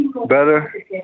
Better